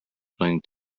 playing